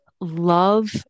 love